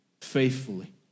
faithfully